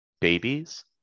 babies